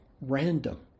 random